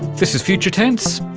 this is future tense,